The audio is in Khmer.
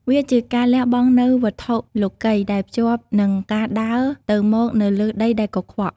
វាជាការលះបង់នូវវត្ថុលោកិយដែលភ្ជាប់នឹងការដើរទៅមកនៅលើដីដែលកខ្វក់។